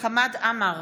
חמד עמאר,